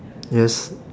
yes